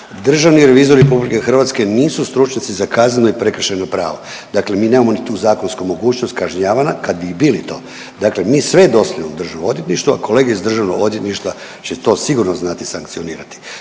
Državni revizori RH nisu stručnjaci za kazneno i prekršajno pravo, dakle mi nemamo ni tu zakonsku mogućnost kažnjavanja. Kad bi i bili to, dakle mi sve dostavljamo Državnom odvjetništvu, a kolege iz Državnog odvjetništva će to sigurno znati sankcionirati.